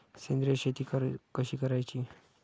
सेंद्रिय शेती कशी करायची?